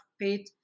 paid